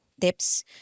tips